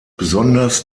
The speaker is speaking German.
besonders